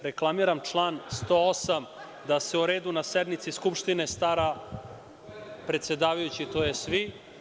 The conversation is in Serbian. Reklamiram član 108. – o redu na sednici Skupštine se stara predsedavajući, tj. vi.